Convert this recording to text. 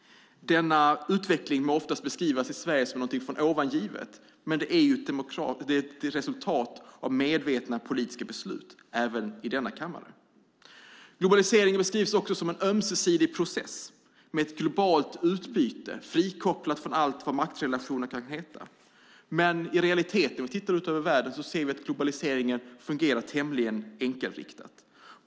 Denna utveckling må i Sverige beskrivas som något från ovan givet, men det är ett resultat av medvetna politiska beslut - även i denna kammare. Globaliseringen beskrivs som en ömsesidig process med ett globalt utbyte frikopplat från allt vad maktrelationer kan heta. Om vi tittar ut över världen ser vi dock att globaliseringen i realiteten fungerar tämligen enkelriktat.